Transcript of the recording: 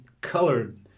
colored